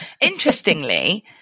interestingly